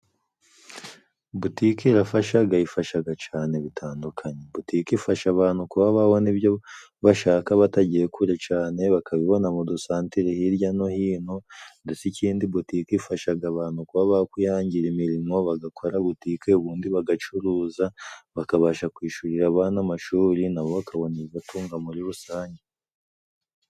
Butike irafashaga ifashaga cane bitandukanye. Butiki ifasha abantu kuba babona ibyo bashaka batagiye kure cane bakabibona mu dusantere hirya no hino, ndetse ikindi butiki ifashaga abantu kuba bakwihangira imirimo bagakora butike ubundi bagacuruza, bakabasha kwishurira abana amashuri na bo bakabona ibibatunga muri rusange.